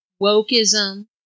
wokeism